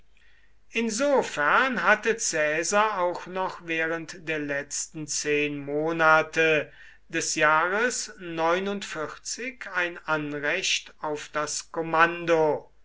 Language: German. insofern hatte caesar auch noch während der letzten zehn monate des jahres ein anrecht auf das kommando